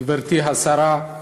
גברתי השרה,